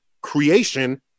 creation